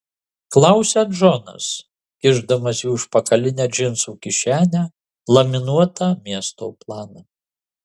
klausia džonas kišdamas į užpakalinę džinsų kišenę laminuotą miesto planą